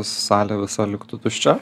salė visa liktų tuščia